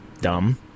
dumb